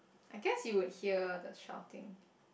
I guess you would hear the shouting